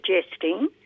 suggesting